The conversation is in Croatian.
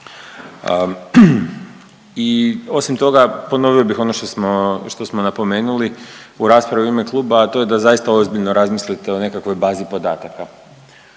I osim toga ponovio bih ono što smo napomenuli u raspravi u ime kluba, a to je da zaista ozbiljno razmislite o nekakvoj bazi podataka.